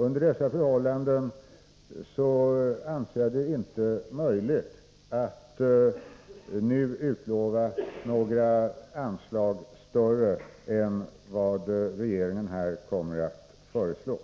Under dessa förhållanden anser jag det inte möjligt att nu utlova några större anslag än vad regeringen här kommer att föreslå.